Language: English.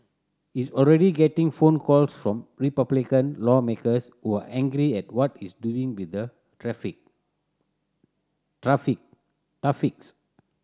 he's already getting phone calls from Republican lawmakers who are angry at what he's doing with the